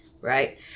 Right